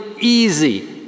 easy